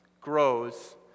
grows